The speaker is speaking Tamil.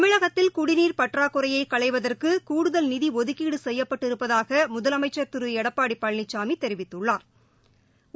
தமிழகத்தில் குடிநீர் பற்றாக்குறைய களைவதற்கு கூடுதல் நிதி ஒதுக்கீடு செய்யப்பட்டிருப்பதாக முதலமைச்சா் திரு எடப்பாடி பழனிசாமி தெரிவித்துள்ளாா்